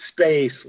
space